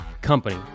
company